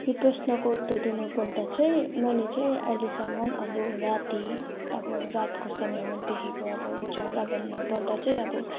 यो प्रश्नको उत्तर दिनुपर्दा चाहिँ मैले चाहिँ अहिलेसम्म अब राति अब रातको समयमा देखेको अब चरा भन्नुपर्दा चाहिँ अब